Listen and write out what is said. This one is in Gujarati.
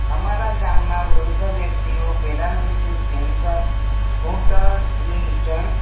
અમારા ગામમાં વૃદ્ધ વ્યક્તિઓ પેરાલીસીસ કેન્સર ઘૂંટણની જોઇન્ટ